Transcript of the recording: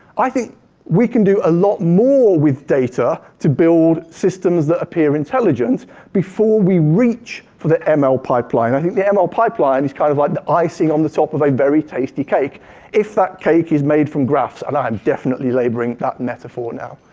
i think we can do a lot more with data to build systems that appear intelligent before we reach for the ml ah pipeline. i think the and ml pipeline is kind of like the icing on the top of a very tasty cake if that cake is made from graphs, and i am definitely laboring that metaphor now.